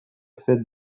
fête